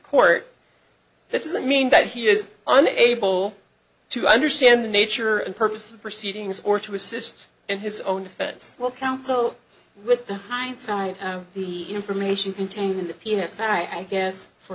court that doesn't mean that he is unable to understand the nature and purpose of proceedings or to assist in his own defense counsel with the hindsight the information contained in the p s i guess for